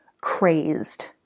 crazed